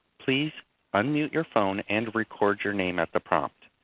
please unmute your phone and record your name at the prompt.